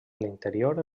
l’interior